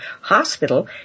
hospital